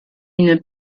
une